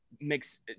makes